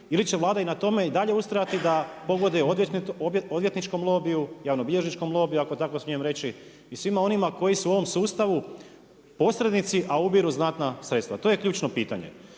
Ili će Vlada i na tome i dalje ustrajati da pogoduje odvjetničkom lobiju, javnobilježničkom lobiju ako smijem tako reći i svima koji su u ovom sustavu posrednici a ubiru znatna sredstva. To je ključno pitanje.